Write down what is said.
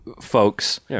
folks